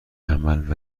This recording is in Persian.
عمل